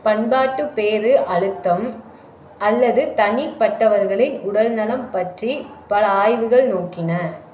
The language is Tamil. பண்பாட்டுப்பேறு அழுத்தம் அல்லது தனிப்பட்டவர்களின் உடல்நலம் பற்றி பல ஆய்வுகள் நோக்கின